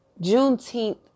Juneteenth